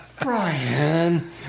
Brian